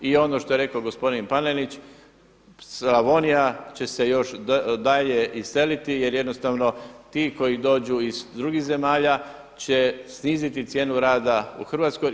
I ono što je rekao gospodin Panenić Slavonija će se još dalje iseliti jer jednostavno ti koji dođu iz drugih zemalja će sniziti cijenu rada u Hrvatskoj.